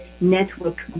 network